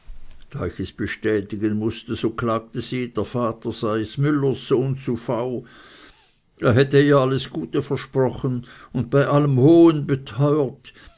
es bestätigen mußte so klagte sie der vater sei s'müllers sohn zu v er hätte ihr alles gute versprochen und bei allem hohen beteuert